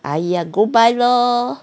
!aiya! go buy lor